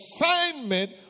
assignment